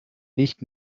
nicht